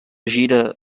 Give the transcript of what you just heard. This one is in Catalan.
gira